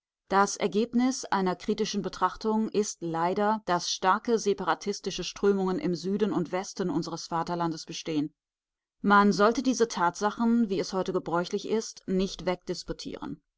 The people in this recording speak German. das ergebnis einer kritischen betrachtung ist leider daß starke separatistische strömungen im süden und westen unseres vaterlandes bestehen man sollte diese tatsachen wie es heute gebräuchlich ist nicht